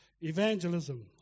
Evangelism